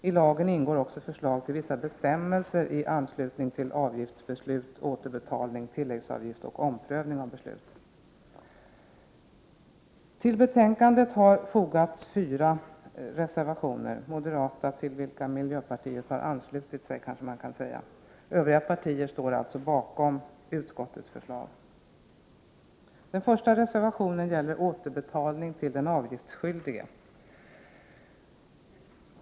I lagen ingår också förslag till vissa bestämmelser i anslutning till avgiftsbeslut, återbetalning, tilläggsavgift och omprövning av beslut. Till betänkandet har fogats fyra reservationer — moderata reservationer till vilka miljöpartiet har anslutit sig, kanske man kan säga. Övriga partier står alltså bakom utskottets förslag. Den första reservationen gäller återbetalning till den avgiftsskyldige.